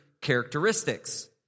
characteristics